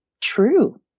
true